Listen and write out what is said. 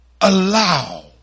allow